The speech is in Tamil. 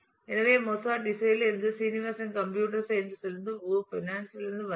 எனவே மொஸார்ட் இசையிலிருந்து சீனிவாசன் கம்ப்யூட்டர் சயின்ஸ் லிருந்தும் வு பைனான்ஸ் financeலிருந்து வந்தவர்